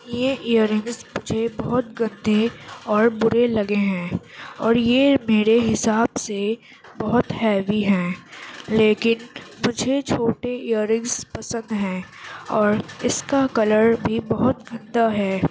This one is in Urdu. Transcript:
یہ ایئر رنگس مجھے بہت گندے اور برے لگے ہیں اور یہ میرے حساب سے بہت ہیوی ہیں لیکن مجھے چھوٹے ایئر رنگس پسند ہیں اور اس کا کلر بھی بہت گندا ہے